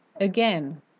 again